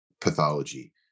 pathology